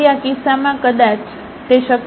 તેથી આ કિસ્સામાં કદાચ તે શક્ય છે